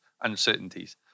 uncertainties